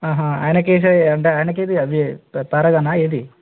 ఆహా ఆయనకేస అంటే ఆయనకేది అవి పరగనా ఏది